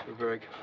very